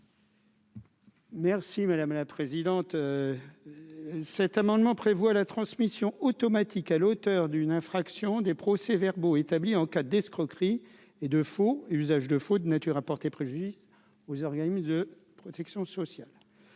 Merci madame la présidente, cet amendement prévoit la transmission automatique à l'auteur d'une infraction des procès-verbaux établis en cas d'escroquerie et de faux et usage de faux, de nature à porter préjudice aux organismes de protection sociale